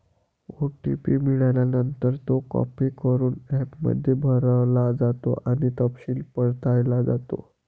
OTP मिळाल्यानंतर, तो copy करून ॲपमध्ये भरला जातो आणि तपशील पडताळला जातो